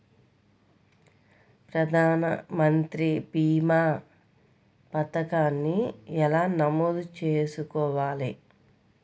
ప్రధాన మంత్రి భీమా పతకాన్ని ఎలా నమోదు చేసుకోవాలి?